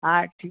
हां ठीक